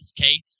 Okay